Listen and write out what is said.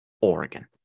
Oregon